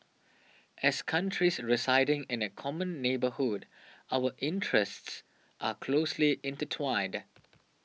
as countries residing in a common neighbourhood our interests are closely intertwined